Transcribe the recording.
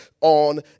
On